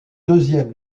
deuxième